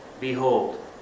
Behold